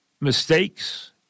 Mistakes